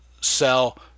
Sell